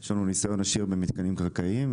יש לנו ניסיון עשיר במתקנים קרקעיים,